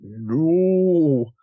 no